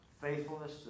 faithfulness